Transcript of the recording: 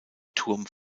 turm